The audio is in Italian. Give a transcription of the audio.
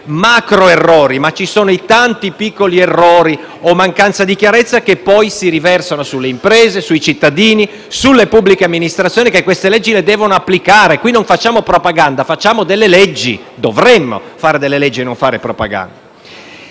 macroerrori, ma ci sono tanti piccoli errori o mancanze di chiarezza che poi si riversano sulle imprese, sui cittadini e sulle pubbliche amministrazioni che devono applicare queste leggi. Qui non facciamo propaganda, facciamo le leggi; o almeno dovremmo fare le leggi e non fare propaganda.